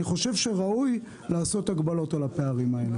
אני חושב שראוי לעשות הגבלות על הפערים האלה.